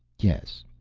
yes.